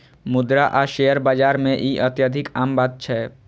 मुद्रा आ शेयर बाजार मे ई अत्यधिक आम बात छै